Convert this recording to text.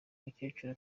mukecuru